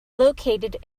located